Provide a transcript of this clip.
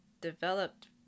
developed